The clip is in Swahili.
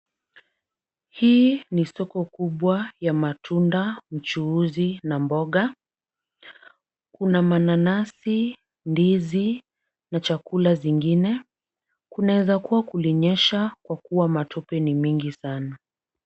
Hii ni soko kubwa ya matunda mchuzi na mboga. Kuna mananasi, ndizi, na chakula zingine. Kunaweza kuwa kulinyesha kwa kuwa matope ni mingi sana.